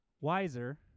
wiser